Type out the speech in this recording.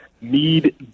need